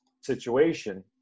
situation